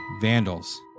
Vandals